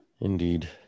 Indeed